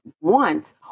want